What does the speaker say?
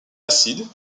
acides